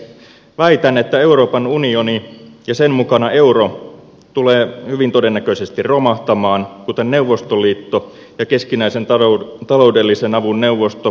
väitän että euroopan unioni ja sen mukana euro tulee hyvin todennäköisesti romahtamaan kuten neuvostoliitto ja keskinäisen taloudellisen avun neuvosto sev aikoinaan